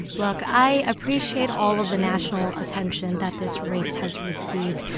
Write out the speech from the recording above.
look i appreciate all of the national attention that this race has received.